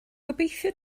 gobeithio